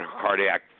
cardiac